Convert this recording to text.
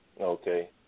Okay